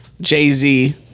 Jay-Z